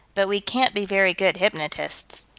but we can't be very good hypnotists.